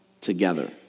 together